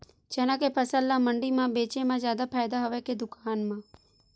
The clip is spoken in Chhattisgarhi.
चना के फसल ल मंडी म बेचे म जादा फ़ायदा हवय के दुकान म?